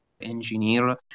engineer